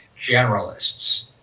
generalists